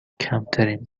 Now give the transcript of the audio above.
کمترین